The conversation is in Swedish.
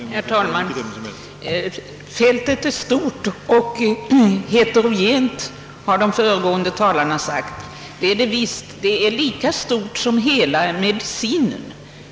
Herr talman! Fältet är stort och heterogent, har de föregående talarna sagt, och det är visst — det är lika stort som hela medicinen.